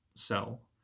Sell